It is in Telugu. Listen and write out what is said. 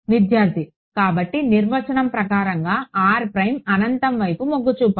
విద్యార్థి కాబట్టి నిర్వచనం ప్రకారంగా అనంతం వైపు మొగ్గు చూపాలి